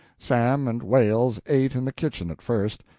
sam and wales ate in the kitchen at first,